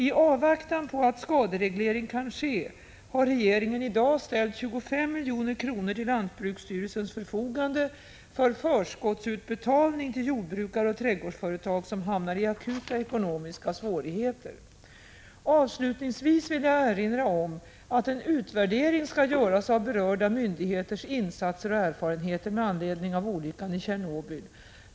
I avvaktan på att skadereglering kan ske har regeringen i dag ställt 25 milj.kr. till lantbruksstyrelsens förfogande för förskottsutbetalning till jordbrukare och trädgårdsföretag som hamnar i akuta ekonomiska svårigheter. Avslutningsvis vill jag erinra om att en utvärdering skall göras av berörda myndigheters insatser och erfarenheter med anledning av olyckan i Tjernobyl.